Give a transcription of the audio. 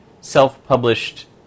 self-published